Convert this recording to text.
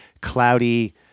cloudy